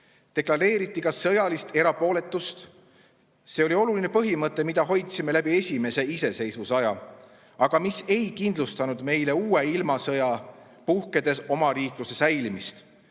Deklareeriti ka sõjalist erapooletust. See oli oluline põhimõte, mida hoidsime läbi esimese iseseisvusaja, aga mis ei kindlustanud meile uue ilmasõja puhkedes omariikluse säilimist.